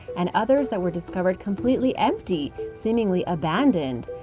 and others that were discovered completely empty seemingly abandoned.